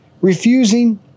Refusing